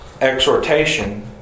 exhortation